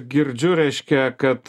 girdžiu reiškia kad